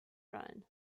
run